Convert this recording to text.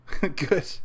good